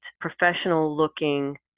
professional-looking